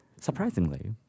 Surprisingly